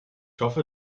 hoffe